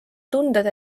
tunded